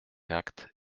actes